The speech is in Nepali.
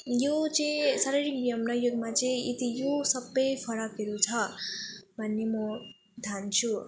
यो चाहिँ शारीरिक नियम न योगमा चाहिँ यति यो सब फरकहरू छ भन्ने म ठान्छु